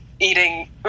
eating